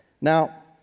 Now